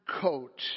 coat